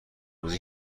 ریزی